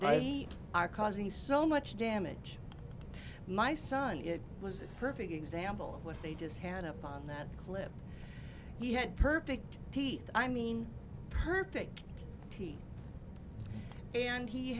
we are causing so much damage my son it was a perfect example of what they just had up on that clip he had perfect teeth i mean perfect teeth and he